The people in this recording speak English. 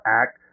act